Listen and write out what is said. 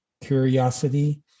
Curiosity